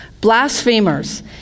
Blasphemers